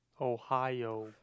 Ohio